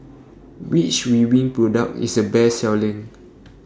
Which Ridwind Product IS The Best Selling